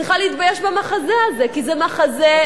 צריכה להתבייש במחזה הזה, כי זה מחזה מביש.